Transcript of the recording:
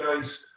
guys